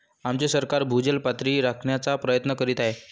आमचे सरकार भूजल पातळी राखण्याचा प्रयत्न करीत आहे